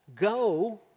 go